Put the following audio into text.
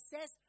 says